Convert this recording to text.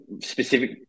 specific